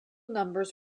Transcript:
numbers